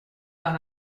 par